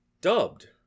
dubbed